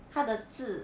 它的汁